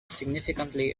significantly